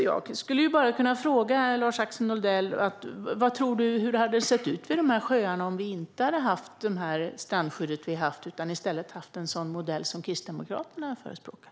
Jag skulle alltså bara kunna fråga Lars-Axel Nordell: Hur tror du att det sett ut vid dessa sjöar om vi inte hade haft det strandskydd vi har haft utan i stället en sådan modell som Kristdemokraterna förespråkar?